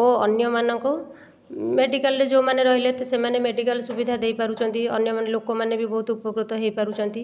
ଓ ଅନ୍ୟମାନଙ୍କୁ ମେଡ଼ିକାଲ୍ରେ ଯୋଉମାନେ ରହିଲେ ସେମାନେ ମେଡ଼ିକାଲ୍ ସୁବିଧା ଦେଇ ପାରୁଛନ୍ତି ଅନ୍ୟ ଲୋକମାନେ ବହୁତ ଉପକୃତ ହେଇପାରୁଛନ୍ତି